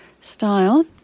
style